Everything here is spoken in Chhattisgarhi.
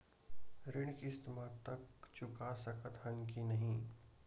ऋण किस्त मा तक चुका सकत हन कि नहीं?